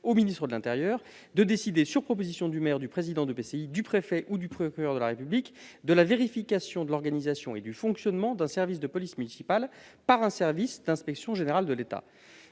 municipales, la CCPM, de décider, sur proposition du maire, du président d'EPCI, du préfet ou du procureur de la République, de la vérification de l'organisation et du fonctionnement d'un service de police municipale par un service d'inspection générale de l'État.